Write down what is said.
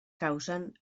causen